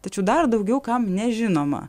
tačiau dar daugiau kam nežinoma